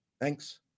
Thanks